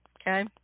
Okay